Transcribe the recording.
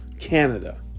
Canada